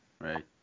Right